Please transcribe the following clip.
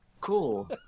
Cool